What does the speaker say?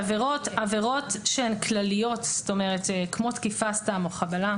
עבירות שהן כלליות כמו תקיפה סתם או חבלה,